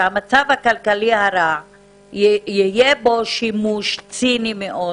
שהמצב הכלכלי הרע יהיה בו שימוש ציני מאוד